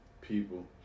people